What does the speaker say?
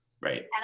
Right